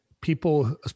people